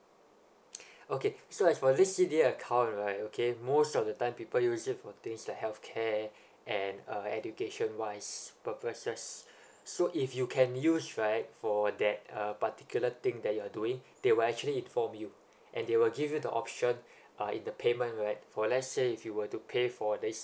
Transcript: okay so as for this C_D account right okay most of the time people use it for things like health care and uh education wise purposes so if you can use right for that uh particular thing that you're doing they were actually inform you and they will give you the option uh in the payment right for let's say if you were to pay for this